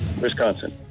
Wisconsin